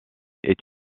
est